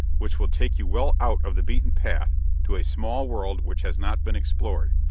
which will take you well out of the beaten path to a small world which has not been explored,